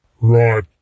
Right